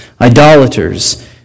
idolaters